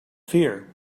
fear